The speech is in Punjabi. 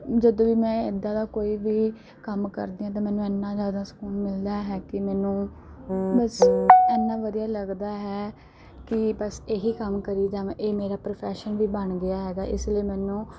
ਜਦੋਂ ਵੀ ਮੈਂ ਇੱਦਾਂ ਦਾ ਕੋਈ ਵੀ ਕੰਮ ਕਰਦੀ ਹਾਂ ਤਾਂ ਮੈਨੂੰ ਇੰਨਾ ਜ਼ਿਆਦਾ ਸਕੂਨ ਮਿਲਦਾ ਹੈ ਕਿ ਮੈਨੂੰ ਬਸ ਇੰਨਾ ਵਧੀਆ ਲੱਗਦਾ ਹੈ ਕਿ ਬਸ ਇਹੀ ਕੰਮ ਕਰੀ ਜਾਵਾਂ ਇਹ ਮੇਰਾ ਪ੍ਰੋਫੈਸ਼ਨ ਵੀ ਬਣ ਗਿਆ ਹੈਗਾ ਇਸ ਲਈ ਮੈਨੂੰ